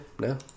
no